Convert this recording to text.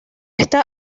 está